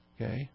Okay